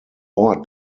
ort